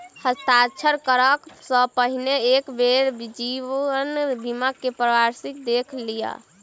हस्ताक्षर करअ सॅ पहिने एक बेर जीवन बीमा के वार्षिकी देख लिअ